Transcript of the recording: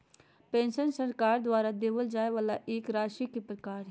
pension सरकार द्वारा देबल जाय वाला एक राशि के प्रकार हय